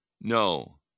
No